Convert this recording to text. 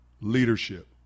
leadership